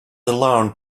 alarmed